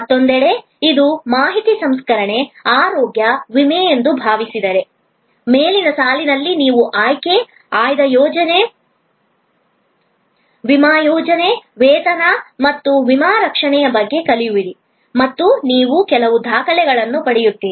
ಮತ್ತೊಂದೆಡೆ ಇದು ಮಾಹಿತಿ ಸಂಸ್ಕರಣೆ ಆರೋಗ್ಯ ವಿಮೆ ಎಂದು ಭಾವಿಸಿದರೆ ಮೇಲಿನ ಸಾಲಿನಲ್ಲಿ ನೀವು ಆಯ್ಕೆ ಆಯ್ದ ಯೋಜನೆ ವಿಮಾ ಯೋಜನೆ ವೇತನ ಮತ್ತು ವಿಮಾ ರಕ್ಷಣೆಯ ಬಗ್ಗೆ ಕಲಿಯುವಿರಿ ಮತ್ತು ನೀವು ಕೆಲವು ದಾಖಲೆಗಳನ್ನು ಪಡೆಯುತ್ತೀರಿ